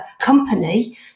company